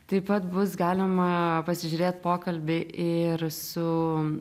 taip pat bus galima pasižiūrėt pokalbį ir su